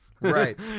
Right